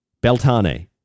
Beltane